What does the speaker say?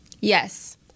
Yes